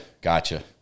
Gotcha